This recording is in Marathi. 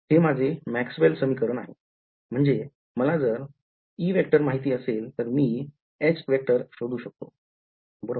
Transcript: म्हणजे मला जर माहिती असेल तर मी शोधू शकतो बरोबर